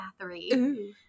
Bathory